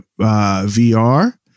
VR